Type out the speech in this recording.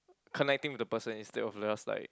connecting with the person instead of just like